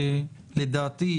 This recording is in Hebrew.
לדעתי,